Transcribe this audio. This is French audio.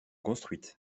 construites